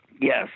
Yes